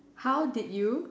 how did you